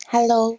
Hello